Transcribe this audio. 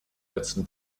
letzten